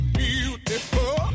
beautiful